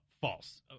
false